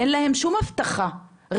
אין להם שום הבטחה רווחתית,